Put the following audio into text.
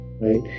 right